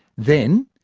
then,